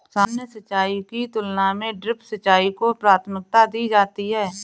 सामान्य सिंचाई की तुलना में ड्रिप सिंचाई को प्राथमिकता दी जाती है